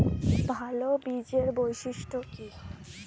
ভাল বীজের বৈশিষ্ট্য কী?